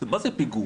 מה זה פיגום?